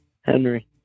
Henry